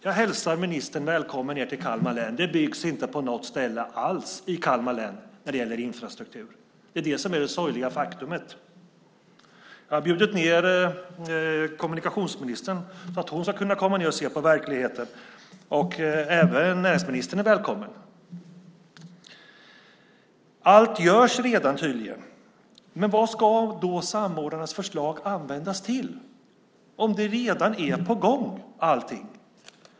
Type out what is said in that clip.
Jag hälsar ministern välkommen till Kalmar län. Där byggs det inte på något enda ställe när det gäller infrastruktur. Det är det sorgliga faktumet. Jag har bjudit ned kommunikationsministern för att hon ska komma ned och se på verkligheten. Även näringsministern är välkommen. Allt görs tydligen redan. Vad ska då samordnarnas förslag användas till om allt redan är på gång?